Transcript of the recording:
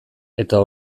eta